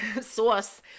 Sauce